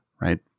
Right